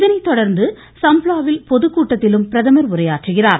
இதனை தொடர்ந்து சம்ப்லாவில் பொதுக்கூட்டத்திலும் பிரதமர் உரையாற்றுகிறார்